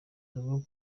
urugo